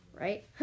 right